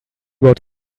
bought